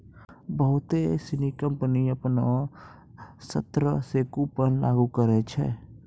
बहुते सिनी कंपनी अपनो स्तरो से कूपन के लागू करै छै